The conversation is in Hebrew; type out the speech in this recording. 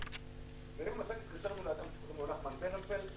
--- ויום אחד התקשרנו לאדם בשם נחמן ברנפלד,